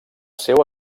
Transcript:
seu